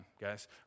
guys